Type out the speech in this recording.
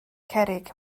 cerrig